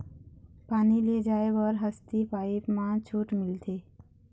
पानी ले जाय बर हसती पाइप मा छूट मिलथे?